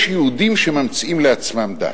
יש יהודים שממציאים לעצמם דת.